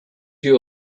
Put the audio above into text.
you